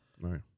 Right